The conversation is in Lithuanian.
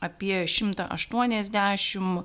apie šimtą aštuoniasdešim